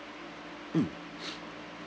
mm